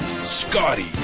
Scotty